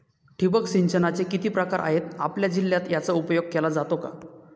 ठिबक सिंचनाचे किती प्रकार आहेत? आपल्या जिल्ह्यात याचा उपयोग केला जातो का?